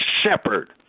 shepherd